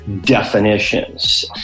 definitions